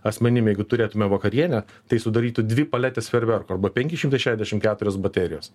asmenim jeigu turėtume vakarienę tai sudarytų dvi paletes fejerverkų arba penki šimtai šešiasdešim keturios baterijos